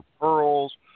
pearls